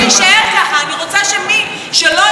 אני רוצה שמי שבטעות היה חתום,